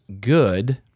good